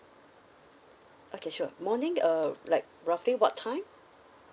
okay sure morning uh like roughly what time